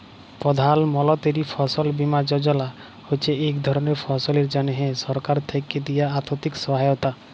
প্রধাল মলতিরি ফসল বীমা যজলা হছে ইক ধরলের ফসলের জ্যনহে সরকার থ্যাকে দিয়া আথ্থিক সহায়তা